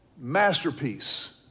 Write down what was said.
masterpiece